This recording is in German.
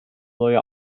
neue